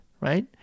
right